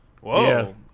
Whoa